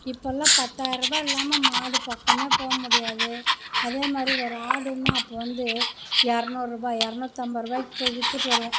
இப்போல்லாம் பத்தாயிரம் ரூபாய் இல்லாம மாடு பக்கமே போக முடியாது அதே மாதிரி ஒரு ஆடுன்னா அப்போ வந்து இரநூறு ரூபா இரநூத்தி ஐம்பது ரூபாய்க்கு போய் விற்றுட்டு வருவோம்